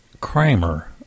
kramer